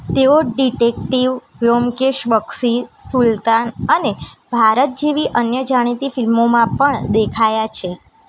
તેઓ ડીટૅક્ટિવ વ્યોમકેશ બક્ષી સુલતાન અને ભારત જેવી અન્ય જાણીતી ફિલ્મોમાં પણ દેખાયા છે